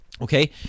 Okay